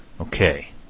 Okay